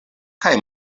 kaj